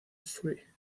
free